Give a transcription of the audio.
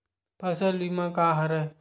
फसल बीमा का हरय?